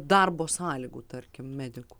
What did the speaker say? darbo sąlygų tarkim medikų